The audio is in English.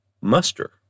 muster